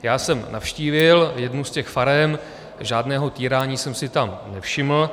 Já jsem navštívil jednu z těch farem, žádného týrání jsem si tam nevšiml.